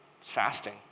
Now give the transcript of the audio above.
fasting